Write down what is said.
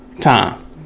time